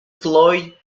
floyd